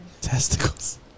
Testicles